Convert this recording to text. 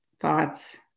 thoughts